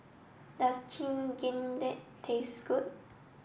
does Chigenabe taste good